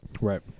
right